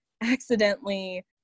accidentally